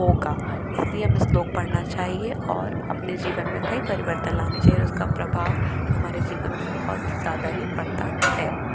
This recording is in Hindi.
होगा इसलिए हमें श्लोक पढ़ना चाहिए और अपने जीवन में कई परिवर्तन लाने चाहिए और उसका प्रभाव हमारे जीवन में बहुत ही ज़्यादा ही पड़ता है